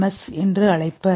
எஸ்PLMS என்று அழைப்பர்